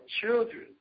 children